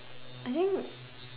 I think